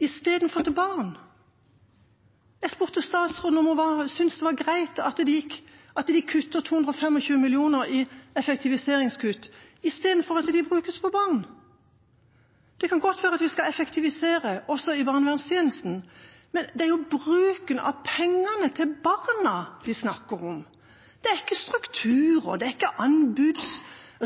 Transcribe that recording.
at pengene brukes på barn. Det kan godt være at vi skal effektivisere også i barnevernstjenesten, men det er jo bruken av pengene til barna vi snakker om! Det er ikke struktur, det er ikke anbud,